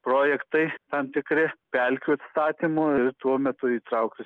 projektai tam tikri pelkių atstatymo ir tuo metu įtrauktas